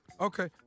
okay